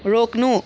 रोक्नु